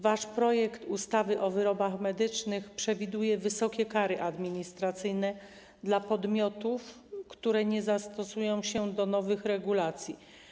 Wasz projekt ustawy o wyrobach medycznych przewiduje wysokie kary administracyjne dla podmiotów, które nie zastosują się do nowych regulacji.